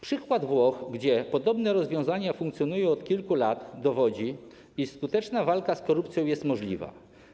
Przykład Włoch, gdzie podobne rozwiązania funkcjonują od kilku lat, dowodzi, iż skuteczna walka z korupcją jest możliwa.